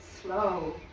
slow